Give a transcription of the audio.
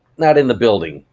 not in the building.